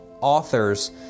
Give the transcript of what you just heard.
authors